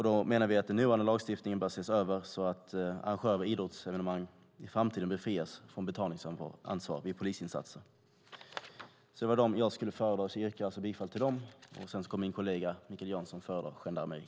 Vi menar att den nuvarande lagstiftningen bör ses över så att arrangörer av idrottsevenemang i framtiden befrias från betalningsansvar vid polisinsatser. Det var de frågor jag skulle föredra. Jag yrkar alltså bifall till de reservationerna. Sedan kommer min kollega Mikael Jansson att föredra den om gendarmeri.